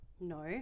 No